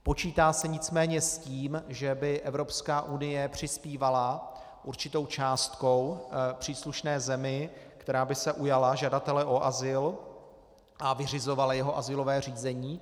Počítá se nicméně s tím, že by Evropská unie přispívala určitou částkou příslušné zemi, která by se ujala žadatele o azyl a vyřizovala jeho azylové řízení.